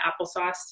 applesauce